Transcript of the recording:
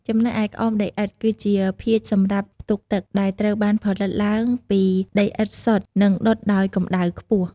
ចំណែកឯក្អមដីឥដ្ឋ គឺជាភាជន៍សម្រាប់ផ្ទុកទឹក ដែលត្រូវបានផលិតឡើងពីដីឥដ្ឋសុទ្ធ និងដុតដោយកម្ដៅខ្ពស់។